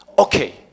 Okay